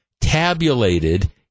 tabulated